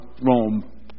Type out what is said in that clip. Rome